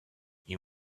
you